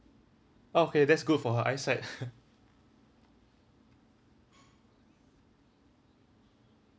okay that's good for her eyesight